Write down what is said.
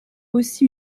aussi